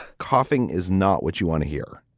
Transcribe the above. coughing is not what you want to hear